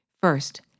First